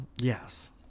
Yes